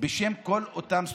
בשם כל אותם סטודנטים.